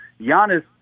Giannis